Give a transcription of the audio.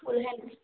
full hands